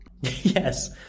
Yes